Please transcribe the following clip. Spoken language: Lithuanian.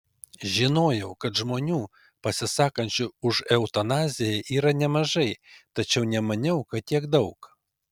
žinojau kad žmonių pasisakančių už eutanaziją yra nemažai tačiau nemaniau kad tiek daug